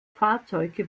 fahrzeuge